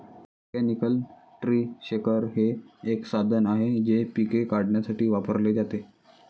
mechanical tree shaker हे एक साधन आहे जे पिके काढण्यासाठी वापरले जाते